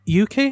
UK